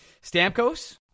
Stamkos